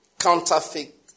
Counterfeit